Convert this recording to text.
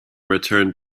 returned